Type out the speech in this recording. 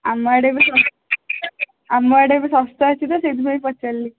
ଆମ ଆଡ଼େ ବି ଶ ଆମ ଆଡ଼େ ବି ଶସ୍ତା ଅଛି ତ ସେଇଥିପାଇଁ ପଚାରିଲି